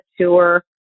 tour